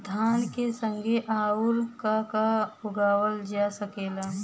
धान के संगे आऊर का का उगावल जा सकेला?